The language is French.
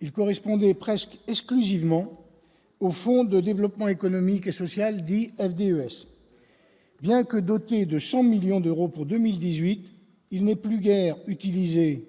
il correspondait presque exclusivement au Fonds de développement économique et social dit-elle DES bien que doté de 100 millions d'euros pour 2018, il n'est plus guère utilisé